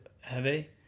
heavy